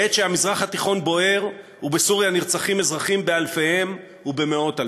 בעת שהמזרח התיכון בוער ובסוריה נרצחים אזרחים באלפיהם ובמאות-אלפיהם.